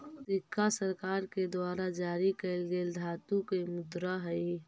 सिक्का सरकार के द्वारा जारी कैल गेल धातु के मुद्रा हई